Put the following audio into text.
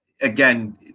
again